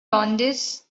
lowndes